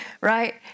right